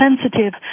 sensitive